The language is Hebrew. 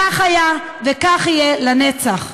כך היה וכך יהיה לנצח.